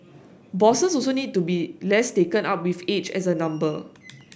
bosses also need to be less taken up with age as a number